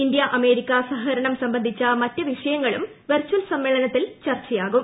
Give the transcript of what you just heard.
India America സഹകരണം സംബന്ധിച്ച മറ്റ് വിഷയങ്ങളും വെർച്ചൽ സമ്മേളനത്തിൽ ചർച്ചയാകും